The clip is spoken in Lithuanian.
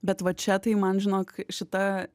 bet va čia tai jau man žinok šita